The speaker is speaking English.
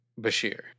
Bashir